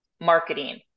marketing